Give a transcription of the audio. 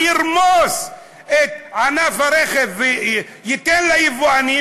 אני ארמוס את ענף הרכב ואתן ליבואנים,